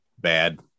Bad